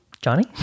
Johnny